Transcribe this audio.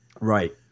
Right